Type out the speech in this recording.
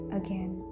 again